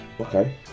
Okay